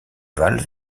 val